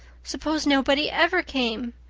suppose nobody ever came!